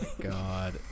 God